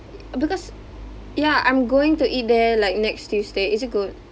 because ya I'm going to eat there like next tuesday is it good